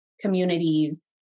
communities